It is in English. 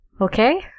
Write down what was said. Okay